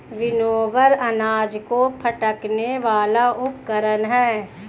winnower अनाज को फटकने वाला उपकरण है